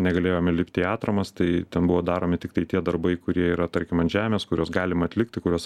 negalėjome lipti į atramas tai ten buvo daromi tiktai tie darbai kurie yra tarkim ant žemės kuriuos galima atlikti kuriuos